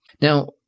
Now